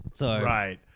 Right